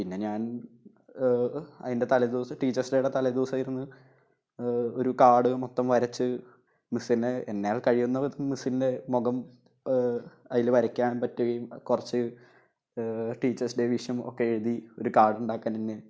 പിന്നെ ഞാൻ അതിന്റെ തലേ ദിവസം ടിച്ചേയ്സ് ഡേയുടെ തലേ ദിവസം ഇരുന്ന് ഒരു കാർഡ് മൊത്തം വരച്ച് മിസ്സനെ എന്നാൽ കഴിയുന്ന വിധം മിസ്സിന്റെ മുഖം അതില് വരയ്ക്കാൻ പറ്റുകയും കുറച്ച് ടീച്ചേയ്സ് ഡേ വിഷും ഒക്കെ എഴുതി ഒരു കാർഡുണ്ടാക്കനെന്നെ